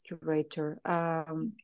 curator